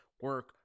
Work